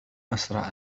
أسرع